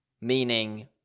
meaning